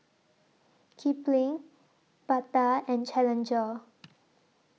Kipling Bata and Challenger